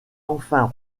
enfin